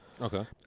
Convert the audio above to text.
Okay